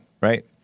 right